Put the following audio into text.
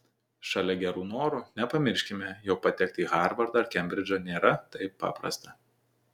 šalia gerų norų nepamirškime jog patekti į harvardą ar kembridžą nėra taip paprasta